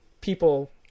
people